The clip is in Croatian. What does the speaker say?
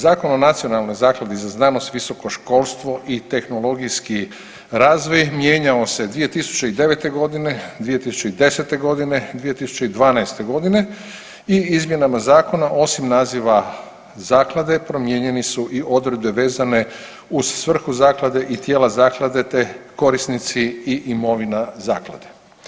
Zakon o Nacionalnoj zakladi za znanost, visoko školstvo i tehnologijski razvoj mijenjao se 2009. godine, 2010. godine, 2012. godine i izmjenama zakona osim naziva zaklade promijenjeni su u odredbe vezane uz svrhu zaklade i tijela zaklade te korisnici i imovina zaklada.